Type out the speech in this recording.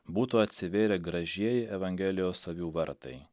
būtų atsivėrę gražieji evangelijos avių vartai